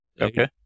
okay